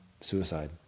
suicide